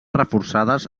reforçades